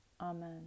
Amen